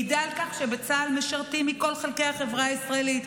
מעידה על כך שבצה"ל משרתים מכל חלקי החברה הישראלית,